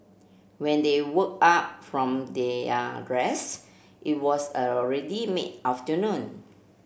when they woke up from their rest it was already mid afternoon